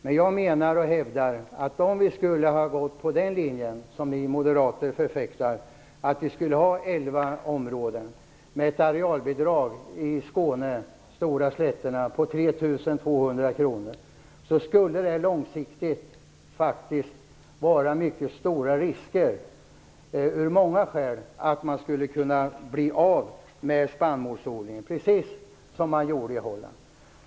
Men jag hävdar att om vi skulle ha gått på den linje som ni moderater förfäktar, att vi skulle ha elva områden och ett arealbidrag på de stora slätterna i Skåne på 3 200 kronor, skulle det långsiktigt uppstå mycket stora risker för att man skulle bli av med spannmålsodlingen. Det var precis vad som hände i Holland.